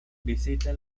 visita